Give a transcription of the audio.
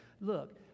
Look